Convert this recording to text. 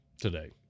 today